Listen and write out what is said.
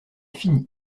fini